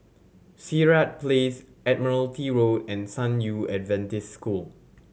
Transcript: Sirat Place Admiralty Road and San Yu Adventist School